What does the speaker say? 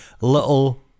Little